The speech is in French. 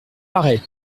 parait